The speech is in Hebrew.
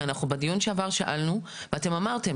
כי אנחנו בדיון שעבר שאלנו ואתם אמרתם